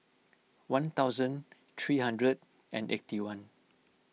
one thousand three hundred and eighty one